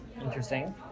Interesting